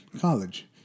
college